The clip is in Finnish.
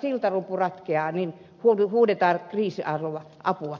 siltarumpu ratkeaa niin huudetaan kriisiapua